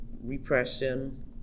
repression